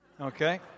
Okay